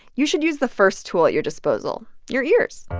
you should use the first tool at your disposal your ears